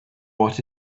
what